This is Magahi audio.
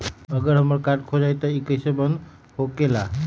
अगर हमर कार्ड खो जाई त इ कईसे बंद होकेला?